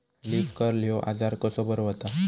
Leaf curl ह्यो आजार कसो बरो व्हता?